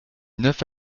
neuf